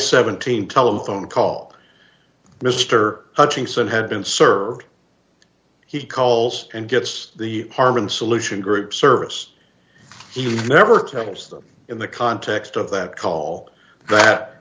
th telephone call mr hutchinson had been served he calls and gets the harmon solution group service he never tells them in the context of that call that